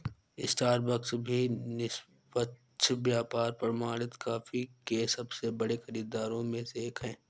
Starbucks भी निष्पक्ष व्यापार प्रमाणित कॉफी के सबसे बड़े खरीदारों में से एक है